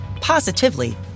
positively